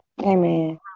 Amen